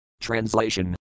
Translation